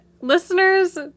Listeners